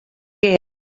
què